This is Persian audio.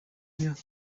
میاد